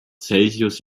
celsius